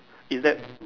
is that